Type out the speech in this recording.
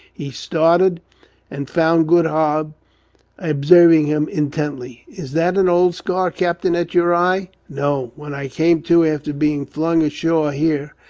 he started and found goodhart observing him intently. is that an old scar, captain, at your eye? no. when i came to after being flung ashore here,